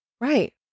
Right